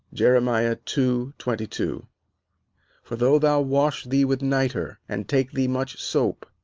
jeremiah two twenty two for though thou wash thee with nitre, and take thee much sope,